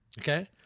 Okay